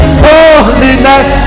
holiness